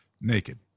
naked